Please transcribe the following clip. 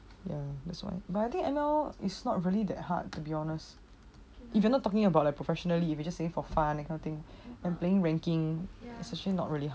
ya that's why but I think M_L is not really that hard to be honest even though talking about it professionally we say for fun you play ranking it is actually not really hard